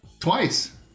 Twice